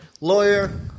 Lawyer